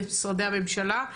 למשרדי הממשלה,